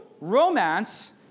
romance